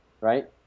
right